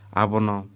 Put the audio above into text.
abono